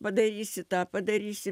padarysi tą padarysi